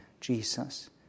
Jesus